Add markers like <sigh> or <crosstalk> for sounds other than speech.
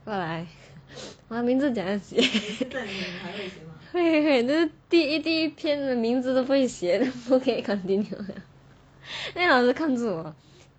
过来我的名字怎样写 <laughs> 会会第一第一篇的名字都不会写了不可以 continue liao <laughs> 老师看着我